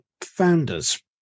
founders